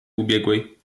ubiegłej